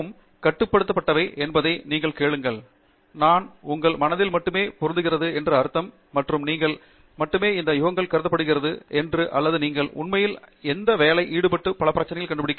தங்கிராலா அந்த ஊகங்கள் மிகவும் கட்டுப்படுத்தப்பட்டவை என்பதை நீங்களே கேளுங்கள் நான் உங்கள் மனதில் மட்டுமே பொருந்துகிறது என்று அர்த்தம் மற்றும் நீங்கள் மட்டுமே இந்த ஊகங்கள் கருதப்படுகிறது என்று அல்லது நீங்கள் உண்மையில் இந்த சட்ட வேலை விழுந்து பல பிரச்சினைகள் கண்டுபிடிக்க